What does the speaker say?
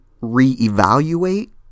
reevaluate